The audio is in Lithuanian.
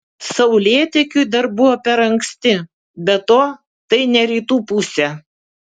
saulėtekiui dar buvo per anksti be to tai ne rytų pusė